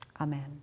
Amen